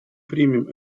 примем